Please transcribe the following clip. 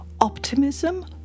optimism